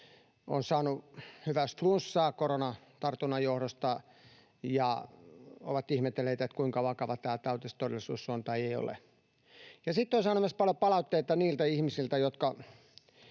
ovat saaneet hyvä jos flunssaa koronatartunnan johdosta ja ovat ihmetelleet, kuinka vakava tämä tauti sitten todellisuudessa on tai ei ole. Ja sitten olen saanut myös paljon palautteita niiltä ihmisiltä,